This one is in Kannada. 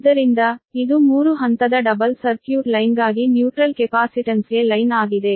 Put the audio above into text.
ಆದ್ದರಿಂದ ಇದು 3 ಹಂತದ ಡಬಲ್ ಸರ್ಕ್ಯೂಟ್ ಲೈನ್ಗಾಗಿ ತಟಸ್ಥ ಕೆಪಾಸಿಟನ್ಸ್ಗೆ ಲೈನ್ ಆಗಿದೆ